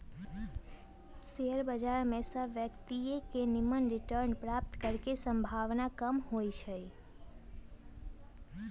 share बजार में सभ व्यक्तिय के निम्मन रिटर्न प्राप्त करे के संभावना कम होइ छइ